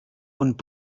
und